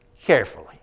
carefully